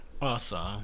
Awesome